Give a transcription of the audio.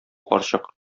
карчык